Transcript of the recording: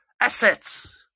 assets